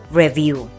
review